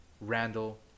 Randall